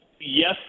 yes